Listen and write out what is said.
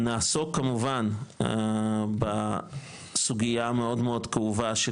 נעסוק כמובן בסוגייה המאוד מאוד כאובה של